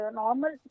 normal